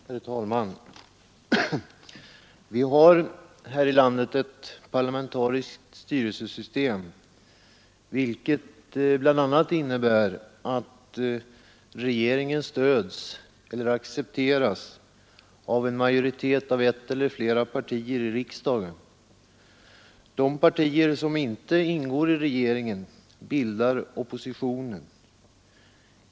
Herr talman! Vi har i vårt land ett parlamentariskt styrelsesystem, vilket bl.a. innebär att regeringen stöds eller accepteras av en majoritet av ett eller flera partier i riksdagen. De partier som inte ingår i regeringen bildar oppositionen.